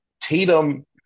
tatum